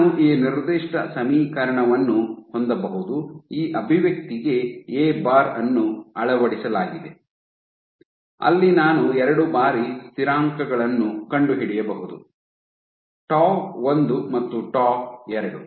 ನಾನು ಈ ನಿರ್ದಿಷ್ಟ ಸಮೀಕರಣವನ್ನು ಹೊಂದಬಹುದು ಈ ಅಭಿವ್ಯಕ್ತಿಗೆ ಎ ಬಾರ್ ಅನ್ನು ಅಳವಡಿಸಲಾಗಿದೆ ಅಲ್ಲಿ ನಾನು ಎರಡು ಬಾರಿ ಸ್ಥಿರಾಂಕಗಳನ್ನು ಕಂಡುಹಿಡಿಯಬಹುದು ಟೌ ಒಂದು ಮತ್ತು ಟೌ ಎರಡು